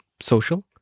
social